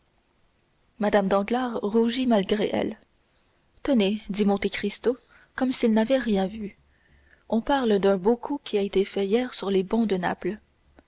mme danglars rougit malgré elle tenez dit monte cristo comme s'il n'avait rien vu on parle d'un beau coup qui a été fait hier sur les bons de naples